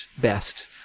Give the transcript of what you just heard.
best